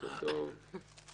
בוקר טוב למצטרפים